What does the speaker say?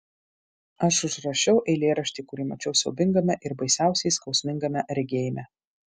aš užrašiau eilėraštį kurį mačiau siaubingame ir baisiausiai skausmingame regėjime